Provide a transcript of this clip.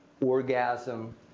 orgasm